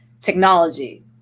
technology